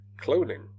cloning